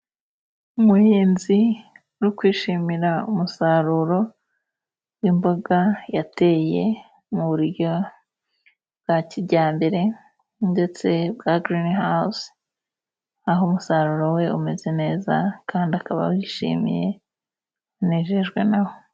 Umuhinzi uri kwishimira umusaruro w'imboga yateye mu buryo bwa kijyambere ndetse bwa girini hawuzi, aho umusaruro we umeze neza kandi ukaba awishimiye, anejejwe na wo.